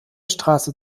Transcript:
straße